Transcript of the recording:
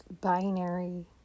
binary